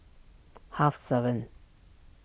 half seven